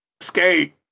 Skate